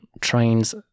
trains